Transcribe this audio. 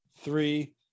three